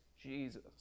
Jesus